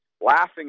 laughing